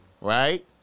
right